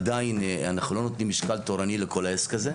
עדיין אנחנו לא נותנים משקל תורני לכל העסק הזה,